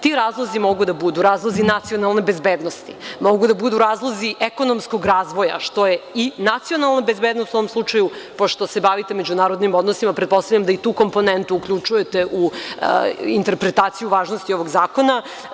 Ti razlozi mogu da budu, razlozi nacionalne bezbednosti, mogu da budu razlozi ekonomskog razvoja, što je i nacionalna bezbednost u ovom slučaju, pošto se bavite međunarodnim odnosima, pretpostavljam da i tu komponentu uključujete u interpretaciju važnosti ovog zakona.